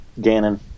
Ganon